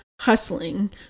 hustling